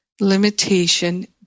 limitation